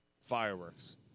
Fireworks